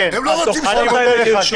הם לא רוצים --- ואתה יועץ לעניין --- הבנו.